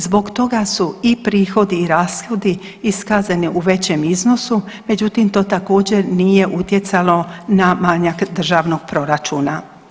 Zbog toga su i prihodi i rashodi iskazani u većem iznosu, međutim to također nije utjecalo na manjak državnog proračuna.